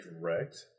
direct